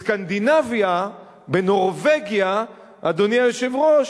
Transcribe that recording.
בסקנדינביה, בנורבגיה, אדוני היושב-ראש,